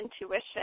intuition